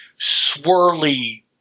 swirly